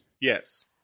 Yes